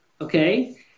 Okay